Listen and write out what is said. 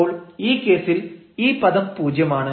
അപ്പോൾ ഈ കേസിൽ ഈ പദം പൂജ്യമാണ്